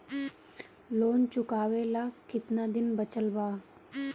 Loan चुकावे ला कितना दिन बचल बा?